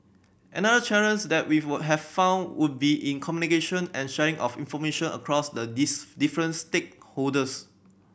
another challenge that we were have found would be in communication and sharing of information across the different stakeholders